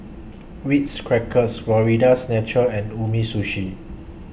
Ritz Crackers Florida's Natural and Umisushi